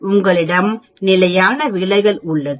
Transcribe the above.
எனவே உங்களிடம் நிலையான விலகல் உள்ளது